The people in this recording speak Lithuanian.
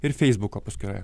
ir feisbuko paskyroje